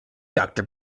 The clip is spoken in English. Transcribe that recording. doctor